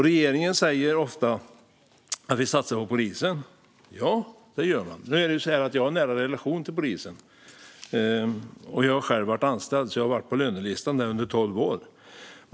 Regeringen säger ofta att man satsar på polisen, och det gör man. Nu är det så att jag har en nära relation till polisen. Jag har själv varit anställd, så jag har stått på lönelistan där under tolv år.